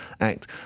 Act